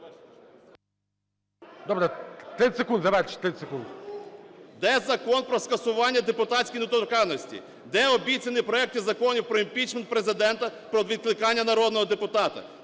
Добре, 30 секунд, завершуйте, 30 секунд. БУРБАК М.Ю. Де Закон про скасування депутатської недоторканності? Де обіцяні проекти законів про імпічмент Президента, про відкликання народного депутата?